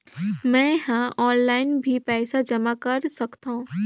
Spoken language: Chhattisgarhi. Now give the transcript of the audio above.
मैं ह ऑनलाइन भी पइसा जमा कर सकथौं?